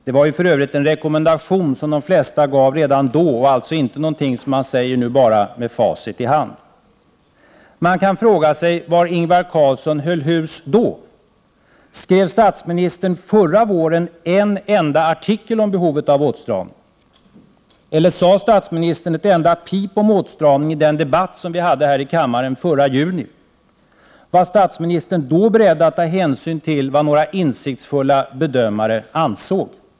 Det var ju för övrigt en rekommendation som de flesta gav redan då och alltså inte något som de bara säger nu med facit i hand. Man kan fråga sig var Ingvar Carlsson höll hus då. Skrev statsministern förra våren en enda artikel om behovet av åtstramning? Eller sade statsministern ett enda pip om åtstramning i den debatt vi hade här i kammaren förra juni? Var statsministern då beredd att ta hänsyn till vad några insiktsfulla bedömare ansåg?